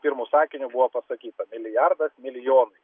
pirmu sakiniu buvo pasakyta milijardas milijonui